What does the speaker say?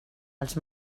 els